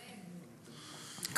כן, בהחלט.